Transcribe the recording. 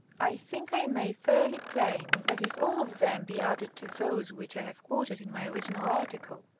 i think i may fairly claim that if all of them be added to those which i have quoted in my original article,